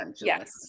yes